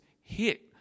hit